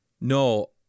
No